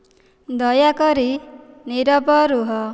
ଦୟାକରି ନୀରବ ରୁହ